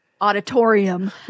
auditorium